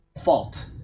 fault